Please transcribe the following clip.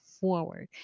forward